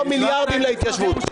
אם לא מיליארדים להתיישבות.